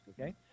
okay